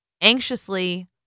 anxiously